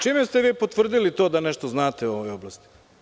Čime ste vi potvrdili to da nešto znate u ovoj oblasti?